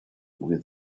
with